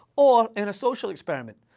or in a social experiment.